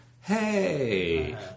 Hey